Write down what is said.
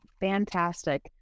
fantastic